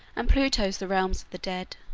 and pluto's the realms of the dead.